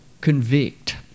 convict